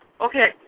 Okay